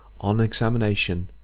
on examination,